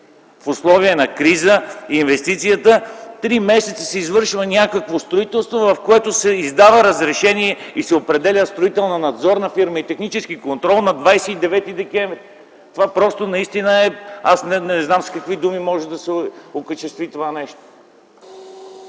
в условия на криза за инвестиция. Три месеца се извършва някакво строителство, за което се издава разрешение и се определя строителна надзорна фирма и технически контрол на 29 декември 2009 г. Това просто наистина е… Аз не знам с какви думи може да се окачестви това нещо.